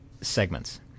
segments